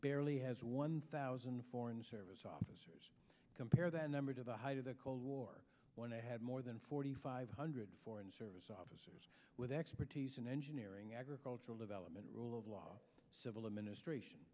barely has one thousand foreign service officers compare that number to the height of the cold war when they had more than forty five hundred foreign service officers with expertise in engineering agricultural development rule of law civil administration